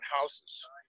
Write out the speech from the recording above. houses